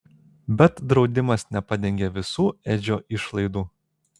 bet draudimas nepadengė visų edžio išlaidų